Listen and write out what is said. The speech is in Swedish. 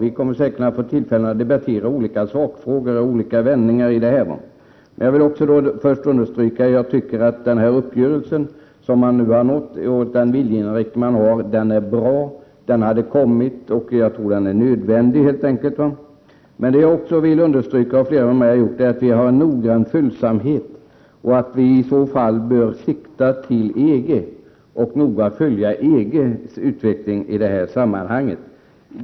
Vi kommer säkert att få tillfälle att debattera olika sakfrågor och vändningar i ärendet. Men jag vill först understryka att jag tycker att den uppgörelse som nu är uppnådd och den viljeinriktning som nu finns är bra. Uppgörelsen har kommit till stånd, och jag tror helt enkelt att den är nödvändig. Det jag också vill understryka, och som flera med mig har gjort, är att följsamheten är noggrann och att siktet skall vara inställt på EG. EG:s utveckling skall i detta sammanhang noggrant följas.